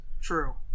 True